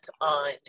on